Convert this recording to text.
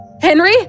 Henry